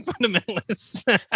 Fundamentalists